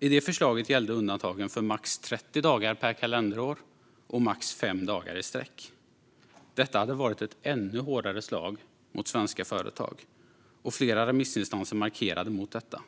I det förslaget gällde undantagen för max 30 dagar per kalenderår och max 5 dagar i sträck. Det hade varit ett ännu hårdare slag mot svenska företag, och flera remissinstanser markerade mot detta.